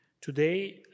today